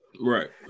Right